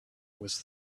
was